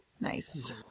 Nice